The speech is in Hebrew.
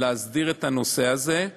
להסדיר את הנושא הזה,